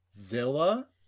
zilla